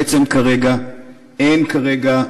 בעצם אין כרגע,